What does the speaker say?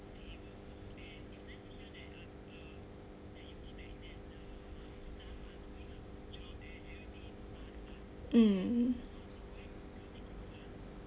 mm